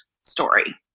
story